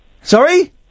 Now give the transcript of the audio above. Sorry